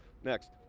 next.